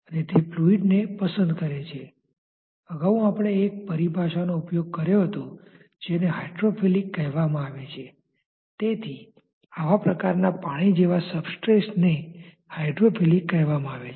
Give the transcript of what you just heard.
તેથી તે સ્તરની બહાર પ્રવાહી ખરેખર પ્લેટની અસર અનુભવતુ નથી અને તે પાતળુ સ્તર બાઉન્ડ્રી લેયર તરીકે ઓળખાય છે